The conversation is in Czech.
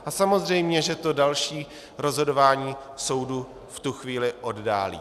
A samozřejmě že to další rozhodování soudu v tu chvíli oddálí.